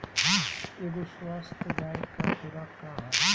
एगो स्वस्थ गाय क खुराक का ह?